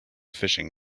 fishing